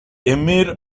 emir